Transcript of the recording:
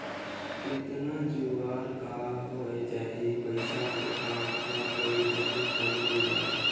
केतना जुवार का होए जाही, पइसा कर काम कब पइर जाही, कोनो नी जानें